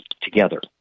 together